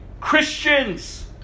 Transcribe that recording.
Christians